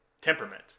temperament